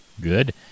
Good